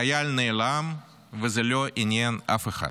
חייל נעלם וזה לא עניין אף אחד.